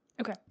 okay